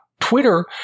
Twitter